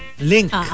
Link